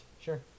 Sure